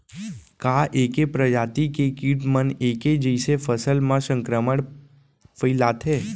का ऐके प्रजाति के किट मन ऐके जइसे फसल म संक्रमण फइलाथें?